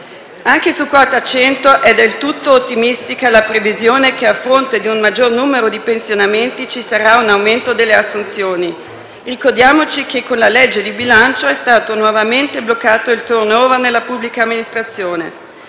Anche su quota 100 è del tutto ottimistica la previsione che, a fronte di un maggior numero di pensionamenti, ci sarà un aumento delle assunzioni. Ricordiamoci che, con la legge di bilancio, è stato nuovamente bloccato il *turnover* nella pubblica amministrazione.